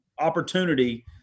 opportunity